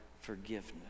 forgiveness